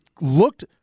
looked –